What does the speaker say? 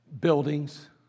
buildings